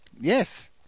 Yes